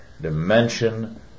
dimension